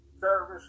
service